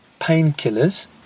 painkillers